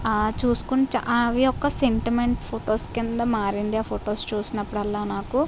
చూసుకుని అవి ఒక సెంటిమెంట్ ఫొటోస్ కింద మారింది ఆ ఫొటోస్ చూసినప్పుడల్లా నాకు